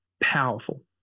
powerful